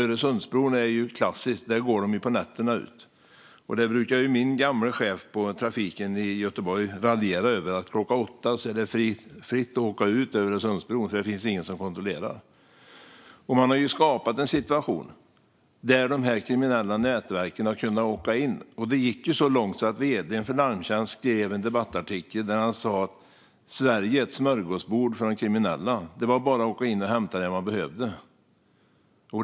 Öresundsbron är klassiskt. Där går de ut på nätterna. Min gamle chef på trafiken i Göteborg brukar raljera över det: Klockan åtta är det fritt att åka ut över Öresundsbron, för då finns det ingen som kontrollerar. Man har skapat en situation där de här kriminella nätverken har kunnat åka in. Det gick så långt att vd för Larmtjänst skrev en debattartikel, där han sa att Sverige är ett smörgåsbord för de kriminella. Det var bara att åka in och hämta det man behövde.